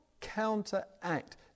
counteract